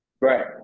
Right